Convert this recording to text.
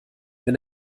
wenn